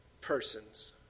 persons